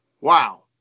wow